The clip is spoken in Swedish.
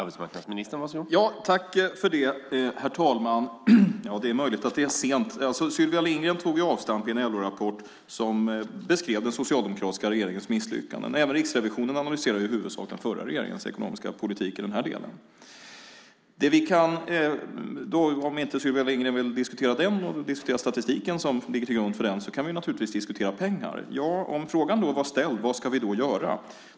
Herr talman! Det är möjligt att det är sent. Sylvia Lindgren tog avstamp i en LO-rapport som beskrev den socialdemokratiska regeringens misslyckanden. Även Riksrevisionen analyserar i huvudsak den förra regeringens ekonomiska politik i denna del. Om inte Sylvia Lindgren vill diskutera den och statistiken som ligger till grund för den kan vi naturligtvis diskutera pengar. Frågan vad vi ska göra ställdes.